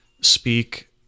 speak